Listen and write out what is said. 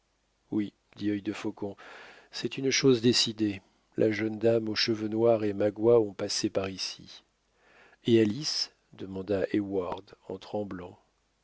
oui dit œil de faucon c'est une chose décidée la jeune dame aux cheveux noirs et magua ont passé par ici et alice demanda heyward en tremblant